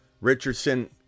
Richardson